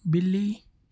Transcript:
बिल्ली